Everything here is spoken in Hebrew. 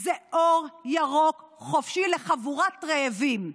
זה אור ירוק חופשי לחבורת רעבים.